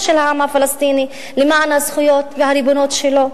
של העם הפלסטיני למען הזכויות והריבונות שלו,